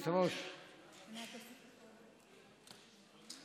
אנחנו עם התשובה של השר עמיר פרץ, בבקשה.